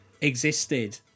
existed